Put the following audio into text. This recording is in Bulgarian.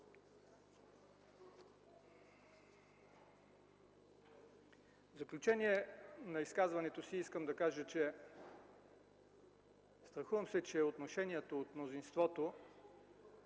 заключение на изказването си искам да кажа, че се страхувам, че отношението на мнозинството